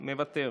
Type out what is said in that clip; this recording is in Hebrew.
מוותר,